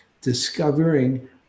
discovering